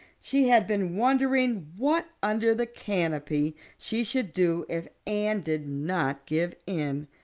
she had been wondering what under the canopy she should do if anne did not give in.